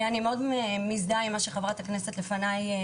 אני מאוד מזדהה עם דבריה של חברת הכנסת שדיברה לפניי.